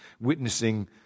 Witnessing